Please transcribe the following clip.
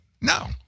No